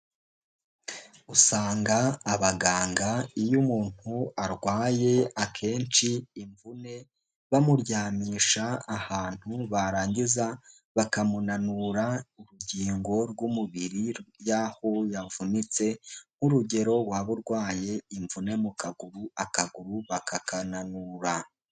Usanga abaganga iyo umuntu arwaye akenshi imvune bamuryamisha ahantu barangiza bakamunanura urugingo rw'umubiri y'aho yavunitse, nk'urugero waba urwaye imvune mu kaguru, akaguru bakakananura.